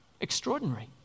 Extraordinary